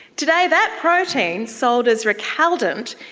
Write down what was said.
today that protein, sold as recaldent,